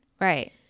Right